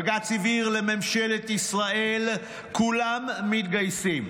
בג"ץ הבהיר לממשלת ישראל: כולם מתגייסים.